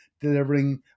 delivering